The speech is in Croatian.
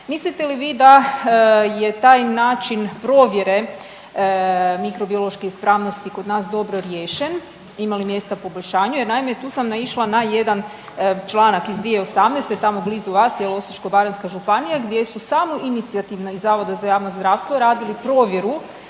Mislite li vi da je taj način provjere mikrobiološke ispravnosti kod nas dobro riješen, ima li mjesta poboljšanju? Jer naime tu sam naišla na jedan članak iz 2018. tamo blizu vas jel Osječko-baranjska županija gdje su samoinicijativno iz Zavoda za javno zdravstvo radili provjeru